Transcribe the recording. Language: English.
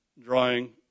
drawing